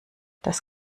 das